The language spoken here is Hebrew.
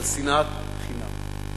על שנאת חינם.